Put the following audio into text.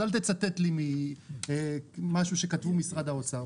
אז אל תצטט לי ממשהו שכתבו משרד האוצר.